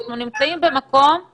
אנחנו בוועדה בזכות וביושר הרווחנו את זה